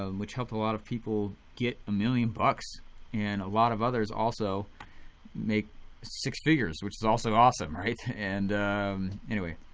um which helped a lot of people get a million bucks and a lot of others also make six-figures which is also awesome, right? and um anyway,